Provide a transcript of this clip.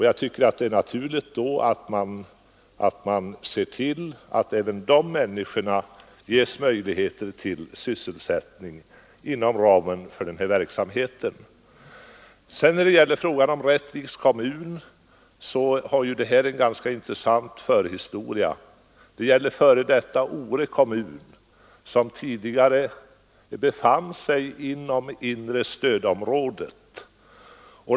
Jag tycker då att det är naturligt att man ser till att även de människorna får möjligheter till sysselsättning inom ramen för den här verksamheten. Frågan om Rättviks kommun har en ganska intressant förhistoria. Det gäller f. d. Ore kommun som tidigare tillhörde det inre stödområdet.